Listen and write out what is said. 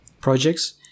projects